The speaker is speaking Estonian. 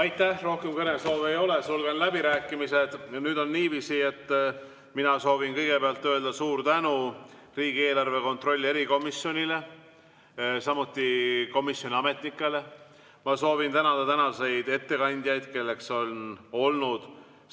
Aitäh! Rohkem kõnesoove ei ole, sulgen läbirääkimised. Nüüd on niiviisi, et mina soovin kõigepealt öelda suur tänu riigieelarve kontrolli erikomisjonile, samuti komisjoni ametnikele. Ma soovin tänada tänaseid ettekandjaid: